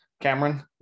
Cameron